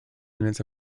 minutes